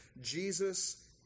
Jesus